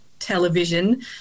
television